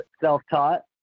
self-taught